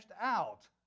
out